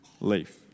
leave